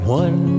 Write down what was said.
one